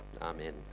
Amen